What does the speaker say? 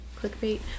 clickbait